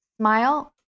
smile